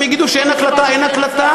אם הם יגידו לי: אין לנו הקלטה,